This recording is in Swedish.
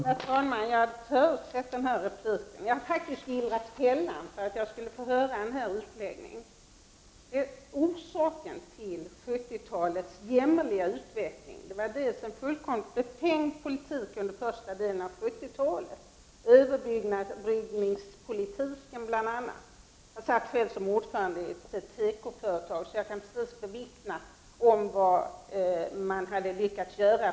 Herr talman! Jag förutsåg att det här svaret skulle komma. Jag har faktiskt gillrat fällan för att få höra den här utläggningen. Orsaken till den jämmer liga utvecklingen under 1970-talet var den fullständigt befängda politiken under den första delen av 1970-talet. Jag satt själv som ordförande i ett tekoföretag och kan därför vittna om vad man från regeringshåll hade lyckats göra.